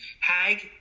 Hag